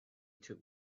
took